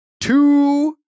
two